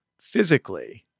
physically